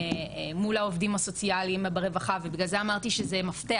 העובדים הסוציאליים ברווחה ובגלל זה אמרתי שזה מפתח,